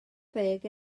ddeg